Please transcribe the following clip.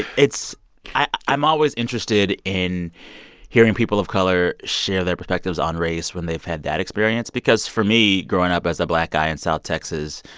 it's i'm always interested in hearing people of color share their perspectives on race when they've had that experience because, for me, growing up as a black guy in south texas,